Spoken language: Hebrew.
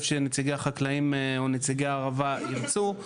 שנציגי החקלאים או נציגי הערבה ירצו,